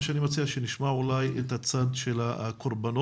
אני מציע שנשמע את צד הקורבנות.